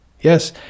yes